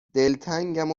دلتنگم